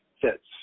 fits